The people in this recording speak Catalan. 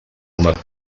una